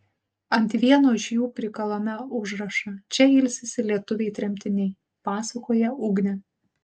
ant vieno iš jų prikalame užrašą čia ilsisi lietuviai tremtiniai pasakoja ugnė